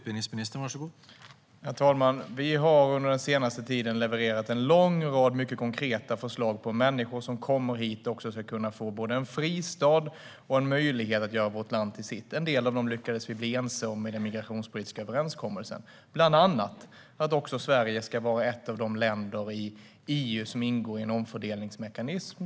Herr talman! Vi har under den senaste tiden levererat en lång rad mycket konkreta förslag på hur människor som kommer hit ska kunna få både en fristad och en möjlighet att göra vårt land till sitt. En del av dem lyckades vi bli ense om i den migrationspolitiska överenskommelsen, bland annat att Sverige ska vara ett av de länder i EU som ingår i en omfördelningsmekanism.